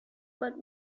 but